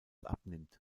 abnimmt